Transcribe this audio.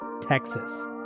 Texas